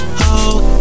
hold